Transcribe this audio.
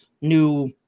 new